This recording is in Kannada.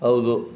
ಹೌದು